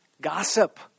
Gossip